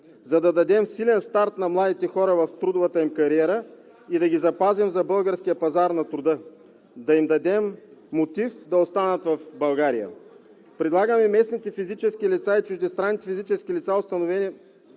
за да дадем силен старт на младите хора в трудовата им кариера и да ги запазим за българския пазар на труда, да им дадем мотив да останат в България. Предлагаме местните физически лица и чуждестранните физически лица, установени